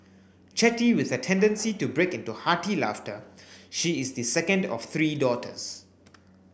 chatty with a tendency to break into hearty laughter she is the second of three daughters